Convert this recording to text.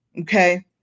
okay